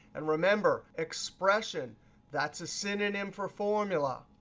and remember, expression that's a synonym for formula.